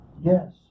Yes